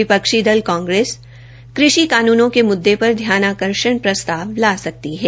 विपक्षी दल कांग्रेस कृषि कानूनों के मुददे पर ध्यानाकर्षण प्रस्ताव ला सकती है